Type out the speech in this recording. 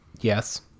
Yes